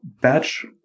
batch